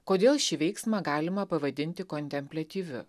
kodėl šį veiksmą galima pavadinti kontempliatyviu